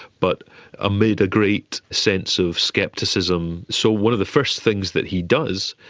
but amid a great sense of scepticism. so one of the first things that he does,